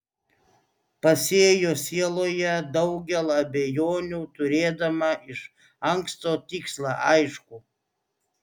pasėjo sieloje daugel abejonių turėdama iš anksto tikslą aiškų